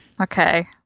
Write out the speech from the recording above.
okay